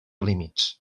límits